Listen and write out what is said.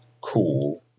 cool